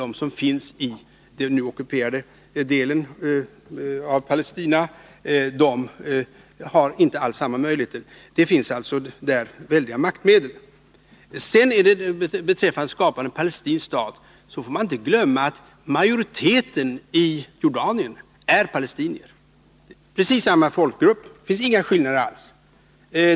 de som bor i den nu ockuperade delen av Palestina inte alls har samma möjligheter. Där finns alltså väldiga maktmedel. Beträffande skapandet av en palestinsk stat får man inte glömma att majoriteten i Jordanien är palestinier. Det är precis samma folkgrupp, det finns inga skillnader alls.